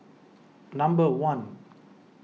number one